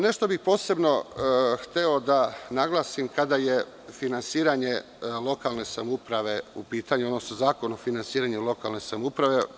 Nešto bih posebno hteo da naglasim kada je finansiranje lokalne samouprave u pitanju, odnosno Zakon o finansiranju lokalne samouprave.